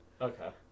okay